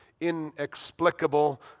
inexplicable